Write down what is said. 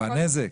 בנזק?